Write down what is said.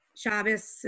Shabbos